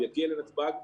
הוא יגיע לנתב"ג.